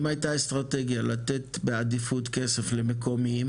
אם היתה אסטרטגיה לתת בעדיפות כסף למקומיים